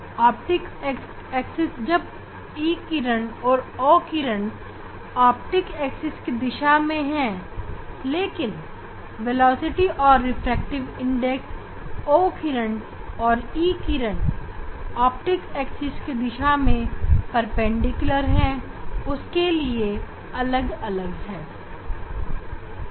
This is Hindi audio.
ऑप्टिक्स एक्सिस दिशा में E किरण और O किरण के वेलोसिटी और रिफ्रैक्टिव इंडेक्स समान है लेकिन ऑप्टिक्स एक्सिस की परपेंडिकुलर दिशा में वेलोसिटी और रिफ्रैक्टिव इंडेक्स का मूल्य अलग अलग है